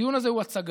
הדיון הזה הוא הצגה.